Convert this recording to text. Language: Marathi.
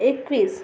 एकवीस